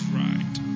right